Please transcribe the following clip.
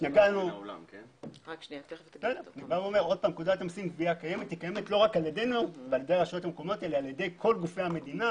מתקיימת על ידי כל גופי המדינה.